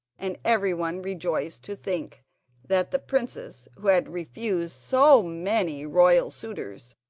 and everyone rejoiced to think that the princess, who had refused so many royal suitors,